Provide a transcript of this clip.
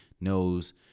knows